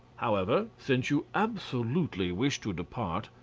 however, since you absolutely wish to depart,